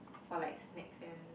for like snacks and